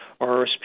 RSP